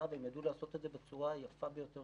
והם ידעו לעשות את זה בצורה יפה ביותר